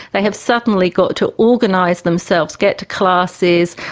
they have suddenly got to organise themselves, get to classes,